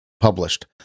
published